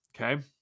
Okay